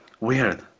weird